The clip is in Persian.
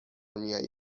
میآید